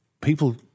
people